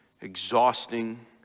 exhausting